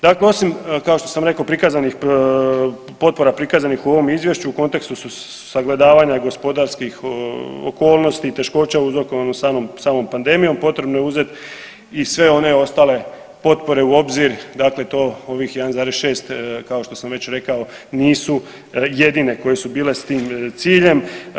Dakle, osim kao što sam rekao prikazanih, potpora prikazanih u ovom izvješću u kontekstu sagledavanja gospodarskih okolnosti i teškoća uzrokovanih samom pandemijom potrebno je uzeti i sve one ostale potpore u obzir, dakle to ovih 1,6 kao što sam već rekao nisu jedine koje su bile s tim ciljem.